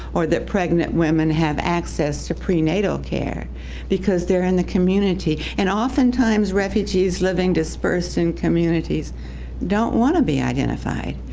or that pregnant women have access to prenatal care because they're in the community, and oftentimes refugees living dispersed in communities don't want to be identified.